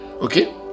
Okay